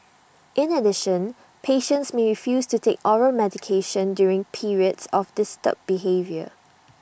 in addition patients may refuse to take oral medications during periods of disturbed behaviour